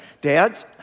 Dads